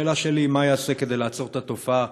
השאלה שלי: מה ייעשה כדי לעצור את התופעה